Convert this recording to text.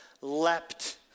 leapt